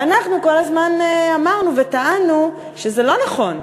ואנחנו כל הזמן אמרנו וטענו שזה לא נכון.